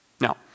Now